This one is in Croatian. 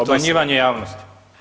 Obmanjivanje javnosti.